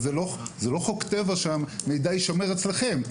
זה לא חוק טבע שהמידע יישמר אצלכם.